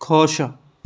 ਖੁਸ਼